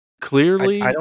clearly